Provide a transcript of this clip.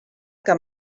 que